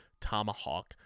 Tomahawk